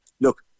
look